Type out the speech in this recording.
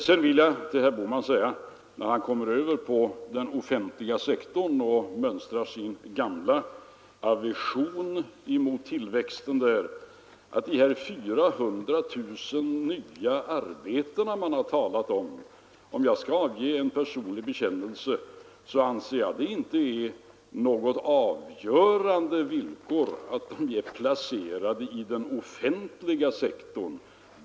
Herr Bohman kommer sedan över på den offentliga sektorn och mönstrar sin gamla aversion mot tillväxten där. Om jag skall avge en personlig bekännelse, vill jag säga att jag inte anser att det är något avgörande villkor att de 400 000 nya arbetena som man har talat om är placerade i den offentliga sektorn.